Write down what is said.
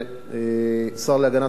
השר להגנת הסביבה,